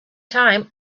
time